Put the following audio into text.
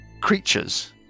creatures